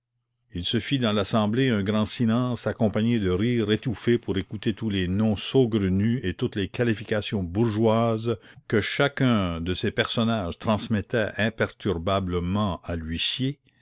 il se fit dans l'assemblée un grand silence accompagné de rires étouffés pour écouter tous les noms saugrenus et toutes les qualifications bourgeoises que chacun de ces personnages transmettait imperturbablement à l'huissier